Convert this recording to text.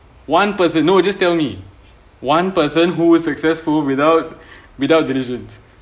one person no just tell me one person who was successful without without diligent